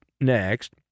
next